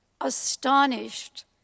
astonished